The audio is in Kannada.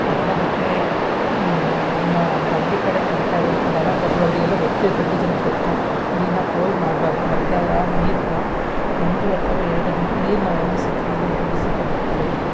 ಅದನ್ನ ಬಿಟ್ಟರೆ ಇನ್ನು ಹಳ್ಳಿ ಕಡೆಯೇ ಬೆಟರು ಯಾಕಂದ್ರ್ ದನ ಕರುಗಳು ಅವ್ರಿಗೆಲ್ಲ ಗೊತ್ತಿರುತ್ತೆ ಹಳ್ಳಿ ಜನಕ್ಕೆ ಗೊತ್ತು ನೀರನ್ನ ಪೋಲು ಮಾಡಬಾರ್ದು ಮತ್ತು ಆ ನೀರನ್ನ ಒಂದು ಅಥವಾ ಎರಡು ದಿನ ನೀರನ್ನ ಒಂದು ದಿಸಕೇಲೆ ಎದ್ದು ದಿವ್ಸಕ್ಕೆ ಬಿಡ್ತಾರೆ